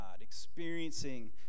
experiencing